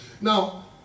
Now